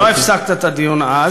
אתה לא הפסקת את הדיון אז,